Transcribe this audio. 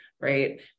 right